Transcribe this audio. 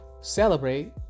celebrate